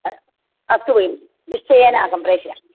अस् अस्तु भगिनि निश्चयेन अहं प्रेषयामि